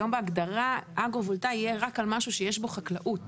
היום בהגדרה אגרו-וולטאי יהיה רק על משהו שיש בו חקלאות.